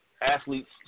Athletes